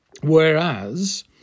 Whereas